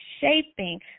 shaping